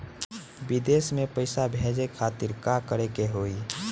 विदेश मे पैसा भेजे खातिर का करे के होयी?